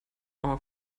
our